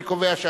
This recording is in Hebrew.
נא להצביע.